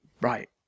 Right